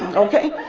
okay?